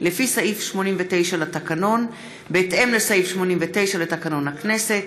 לפי סעיף 89 לתקנון: בהתאם לסעיף 89 לתקנון הכנסת,